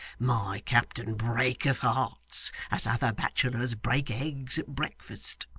my captain breaketh hearts as other bachelors break eggs at breakfast